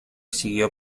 siguió